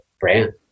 brand